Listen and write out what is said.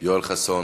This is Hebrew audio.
יואל חסון,